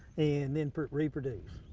and then reproduce.